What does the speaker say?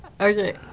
Okay